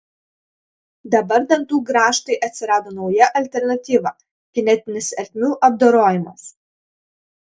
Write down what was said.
dabar dantų grąžtui atsirado nauja alternatyva kinetinis ertmių apdorojimas